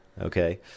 Okay